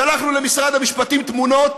שלחנו למשרד המשפטים תמונות